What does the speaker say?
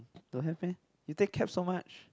don't have meh you take cab so much